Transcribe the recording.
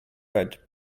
red